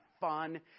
fun